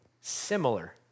similar